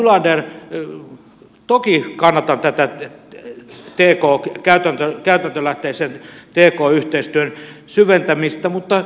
edustaja nylander toki kannatan tätä ei eko käytäntö on käytetty käytäntölähteisen t k yhteistyön syventämisestä